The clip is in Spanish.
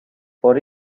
por